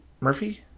Murphy